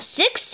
six